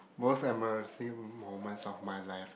most embarrassing moments of my life